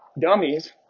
dummies